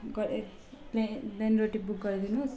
plain रोटी book गरि दिनुहोस्